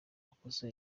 amakosa